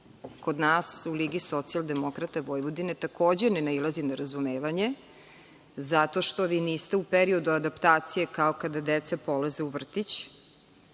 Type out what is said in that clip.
kod nas u Ligi socijaldemokrata Vojvodine takođe ne nailazi na razumevanje, zato što vi niste u periodu adaptacije, kao kada deca polaze u vrtić,